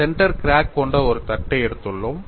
centre crack கொண்ட ஒரு தட்டை எடுத்துள்ளோம்